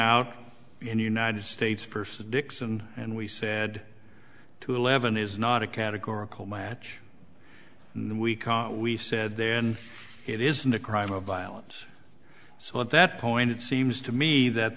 out in the united states first dixon and we said to eleven is not a categorical match and we we said then it isn't a crime of violence so at that point it seems to me that